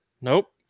Nope